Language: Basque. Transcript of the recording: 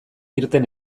irten